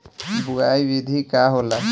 बुआई विधि का होला?